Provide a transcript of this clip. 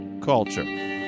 Culture